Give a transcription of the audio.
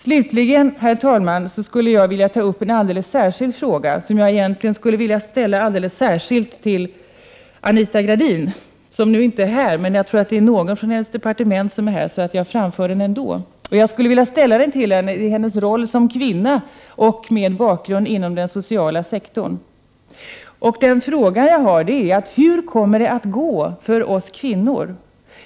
Slutligen, herr talman, skulle jag vilja ta upp en speciell fråga, som jag egentligen skulle vilja ställa särskilt till Anita Gradin. Hon är visserligen inte närvarande i kammaren nu, men jag tror att det finns någon från hennes departement här. Jag skall därför ändå framföra frågan. Jag skulle vilja ställa frågan till Anita Gradin i hennes roll som kvinna med bakgrund inom den sociala sektorn. Jag har följande frågor. Hur kommer det att gå för oss kvinnor?